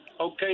Okay